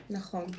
נכון.